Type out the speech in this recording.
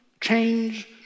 change